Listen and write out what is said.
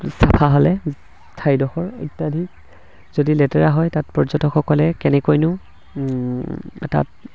চাফা হ'লে ঠাইডোখৰ ইত্যাদি যদি লেতেৰা হয় তাত পৰ্যটকসকলে কেনেকৈনো তাত